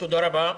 תודה רבה.